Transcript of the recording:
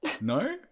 No